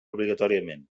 obligatòriament